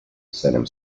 seinem